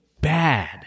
bad